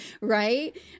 Right